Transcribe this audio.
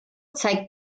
zeigt